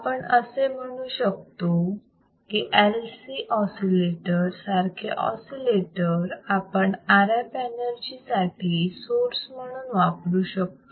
आपण असे म्हणू शकतो LC ऑसिलेटर सारखे ऑसिलेटर आपण RF एनर्जी साठी सोर्स म्हणून वापरू शकतो